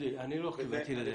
אני לא כיוונתי לזה.